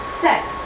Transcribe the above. Sex